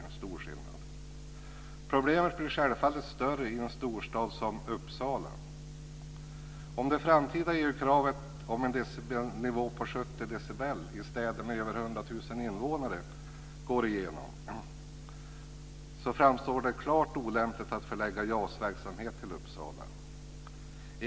Problemet blir självfallet större i en storstad som 100 000 invånare går igenom framstår det som klart olämpligt att förlägga JAS-verksamhet till Uppsala.